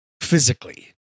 physically